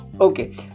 Okay